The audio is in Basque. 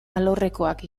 alorrekoak